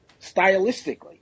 stylistically